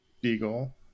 Beagle